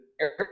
air